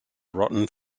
rotten